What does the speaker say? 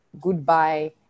goodbye